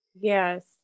Yes